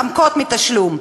מתחמקות מתשלום.